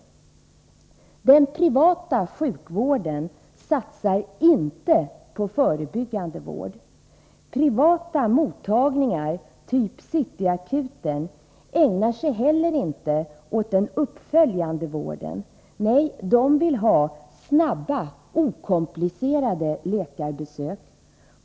Den privata sjukvården satsar inte på förebyggande vård. Privata mottagningar typ City Akuten ägnar sig inte heller åt den uppföljande vården. De vill ha snabba, okomplicerade läkarbesök.